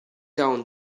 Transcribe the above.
down